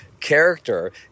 Character